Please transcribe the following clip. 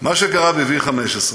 מה שקרה ב-V15,